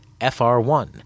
FR1